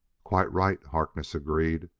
quite right, harkness agreed.